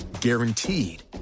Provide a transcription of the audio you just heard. guaranteed